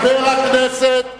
חבר הכנסת שי.